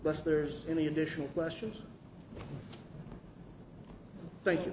let's there's any additional questions thank you